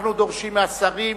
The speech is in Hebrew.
אנחנו דורשים מהשרים,